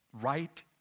right